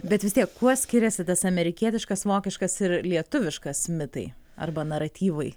bet vis tiek kuo skiriasi tas amerikietiškas vokiškas ir lietuviškas mitai arba naratyvai